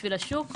בשביל השוק,